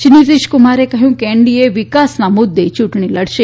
શ્રી નીતીશકુમારે કહયું કે એનડીએ વિકાસના મુદ્દે યુંટણી લડશે